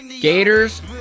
gators